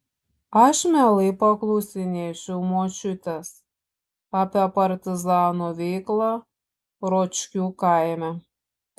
aš mielai paklausinėčiau močiutės apie partizanų veiklą ročkių kaime